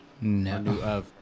No